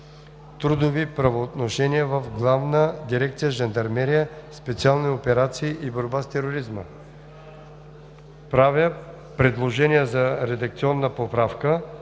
трудови правоотношения в Главна дирекция „Жандармерия, специални операции и борба с тероризма“.“ Правя предложение за редакционна поправка: